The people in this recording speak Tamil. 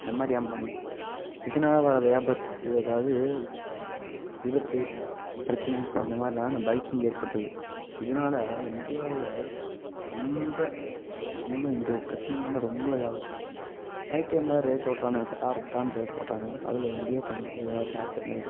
இந்தமாதிரி ஏன் பண்ணும் இதனால வர வியாபத்து அதாவது விபத்து பிரச்சனை இந்தமாதிரிலாம் இந்த பைக்கிங் ஏற்படுத்துது இதனால இந்தியாவில் ரொம்ப ரொம்ப இந்த ஒரு பிரச்சனைனால ரொம்ப இதாகுது நைட் டைம்லாம் ரேஸ் ஓட்டுவானுங்க சடார்புடார்ன்னு ரேஸ் ஓட்டுவானுங்க அதில் எங்கேயோ கண்டிப்பாக எதா ஒரு ஆக்சிரன்ட் ஆயிடும்